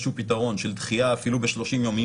שהוא פתרון של דחייה אפילו ב-30 יום,